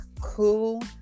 cool